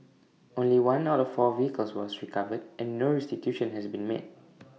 only one out of four vehicles was recovered and no restitution has been made